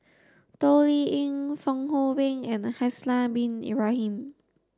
Toh Liying Fong Hoe Beng and Haslir Bin Ibrahim